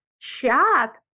chat